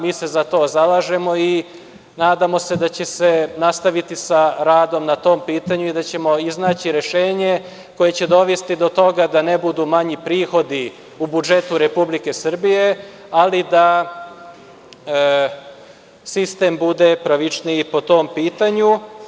Mi se za to zalažemo i nadamo se da će se nastaviti sa radom na tom pitanju i da ćemo iznaći rešenje koje će dovesti do toga da ne budu manji prihodi u budžetu Republike Srbije, ali da sistem bude pravičniji po tom pitanju.